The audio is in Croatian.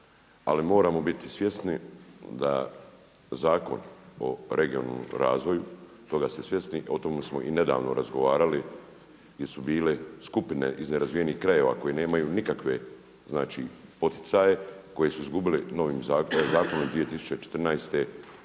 ali moramo biti svjesni da Zakon o regionalnom razvoju toga ste svjesni, a o tome smo i nedavno razgovarali gdje su bile skupine iz nerazvijenih krajeva koji nemaju nikakve poticaje, koji su izgubili zakonom iz 2014. sredstva